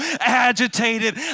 agitated